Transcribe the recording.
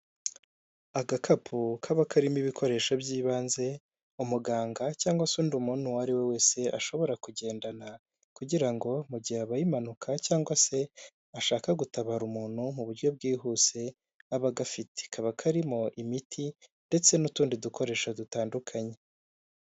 Agakapu kaba karimo ibikoresho by'ibanze umuganga cyangwa se undi muntu uwo ari we wese ashobora kugendana, kugira ngo mu gihe habaye impanuka, cyangwa se ashaka gutabara umuntu mu buryo bwihuse aba agafite, kaba karimo imiti ndetse n'utundi dukoresho dutandukanye.